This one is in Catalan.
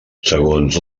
segons